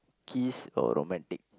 kiss or romantic